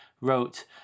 wrote